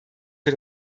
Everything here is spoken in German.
für